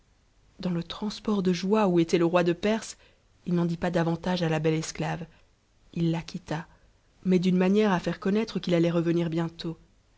pas dansle transport de joie où était le roi de perse il n'en dit pas davantage à la belle esclave il la quitta mais d'une manière àfaire conna t qu'il allait revenir bientôt